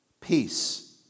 peace